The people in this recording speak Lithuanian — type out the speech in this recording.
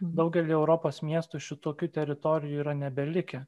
daugelyje europos miestų šitokių teritorijų yra nebelikę